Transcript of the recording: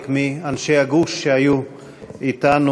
חלק מאנשי הגוש שהיו אתנו